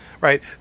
right